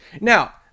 now